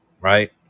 Right